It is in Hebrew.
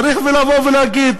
צריך לבוא ולהגיד: